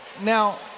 Now